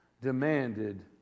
demanded